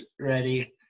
ready